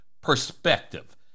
Perspective